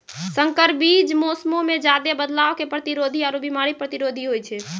संकर बीज मौसमो मे ज्यादे बदलाव के प्रतिरोधी आरु बिमारी प्रतिरोधी होय छै